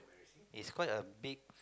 is quite a big